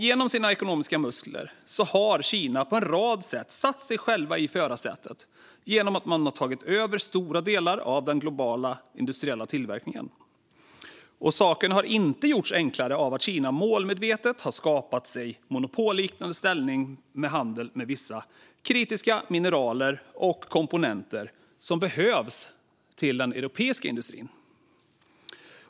Genom sina ekonomiska muskler har Kina på en rad sätt satt sig själva i förarsätet genom att man tagit över stora delar av den globala industriella tillverkningen. Saken har inte gjorts enklare av att Kina målmedvetet skapat sig en monopolliknande ställning i handeln med vissa kritiska mineraler och komponenter som behövs till den europeiska industrin.